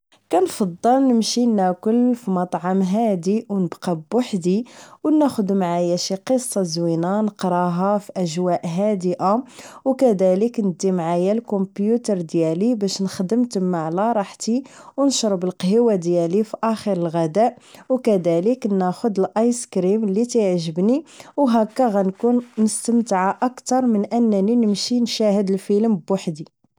كنفضل نمشي ناكل فمطعم هادي و نبقى بحدي و ناخد معايا شي قصة زوينة نقراها فاجواء هادئة و كذالك ندي معايا الكومبيوتر ديالي باش نخدم تما على راحتي و نشرب القهيوة ديالي فأخر الغداء و كذالك ناخد الايس كريم اللي كتيعجبني و هكا غنكون مستمتعة اكثر من انني نمشي نشوف فيلم بوحدي